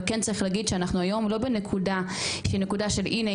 אבל כן צריך להגיד שאנחנו היום לא בנקודה שהיא נקודה של 'הנה,